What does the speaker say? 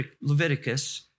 Leviticus